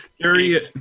Gary